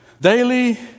daily